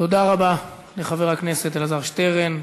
תודה רבה לחבר הכנסת אלעזר שטרן.